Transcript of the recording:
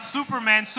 Superman